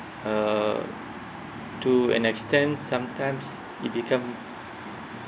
uh to an extent sometimes it become